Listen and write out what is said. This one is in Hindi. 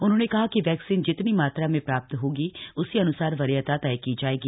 उन्होंने कहा कि वैक्सीन जितनी मात्रा में प्राप्त होगी उसी अन्सार वरीयता तय की जायेगी